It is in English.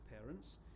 parents